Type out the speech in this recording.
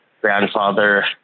grandfather